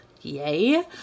yay